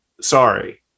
sorry